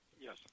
yes